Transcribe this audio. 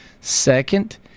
Second